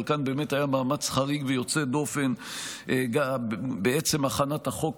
אבל כאן באמת היה מאמץ חריג ויוצא דופן בעצם הכנת החוק,